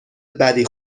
بدی